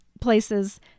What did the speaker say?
places